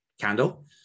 candle